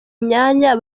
myanya